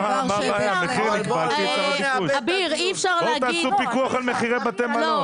--- בואו נעשה פיקוח על בתי מלון.